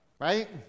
Right